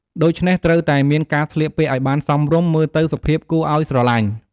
ដូច្នេះត្រូវតែមានការស្លៀកពាក់ឲ្យបានសមរម្យ មើលទៅសុភាពគួរអោយស្រឡាញ់។